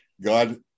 God